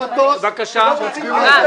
השאלה.